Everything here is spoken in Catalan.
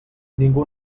ningú